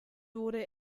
wurde